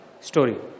story